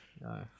no